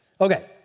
Okay